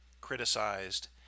criticized